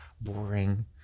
boring